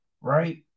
right